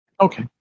Okay